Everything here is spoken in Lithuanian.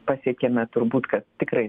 pasiekėme turbūt kad tikrai